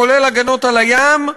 כולל הגנות על הים,